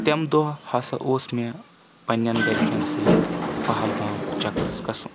تمہِ دۄہ ہسا اوس مےٚ پننؠن گرکؠن سۭتۍ پہلگام چَکرَس گژھُن